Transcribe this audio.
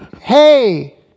Hey